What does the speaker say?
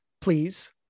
please